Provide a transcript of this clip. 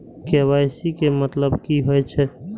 KYC के मतलब कि होई छै?